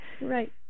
Right